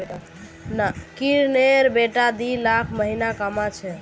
किरनेर बेटा दी लाख महीना कमा छेक